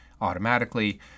automatically